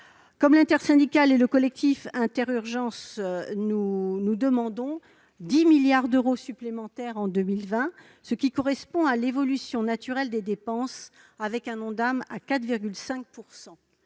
Comme l'intersyndicale et le collectif Inter-Urgences, nous demandons 10 milliards d'euros supplémentaires en 2020, ce qui correspond à l'évolution naturelle des dépenses, avec un Ondam à 4,5 %.